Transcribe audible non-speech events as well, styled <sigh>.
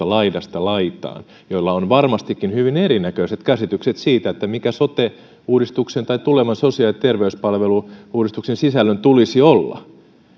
<unintelligible> laidasta laitaan kaikki kuusi oppositiopuoluetta joilla on varmastikin hyvin erinäköiset käsitykset siitä mikä sote uudistuksen tai tulevan sosiaali ja terveyspalvelu uudistuksen sisällön tulisi olla